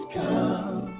come